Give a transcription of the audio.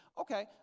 Okay